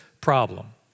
problem